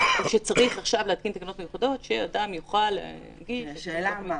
או שצריך עכשיו להתקין תקנות מיוחדות שאדם יוכל --- השאלה מה.